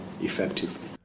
effectively